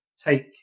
take